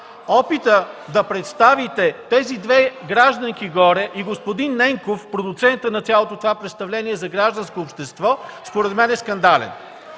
Опитът да представите тези две гражданки горе и господин Ненков – продуцентът на цялото това представление, за гражданско общество според мен е скандален.